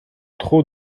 trop